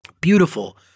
Beautiful